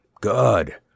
Good